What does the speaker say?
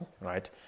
right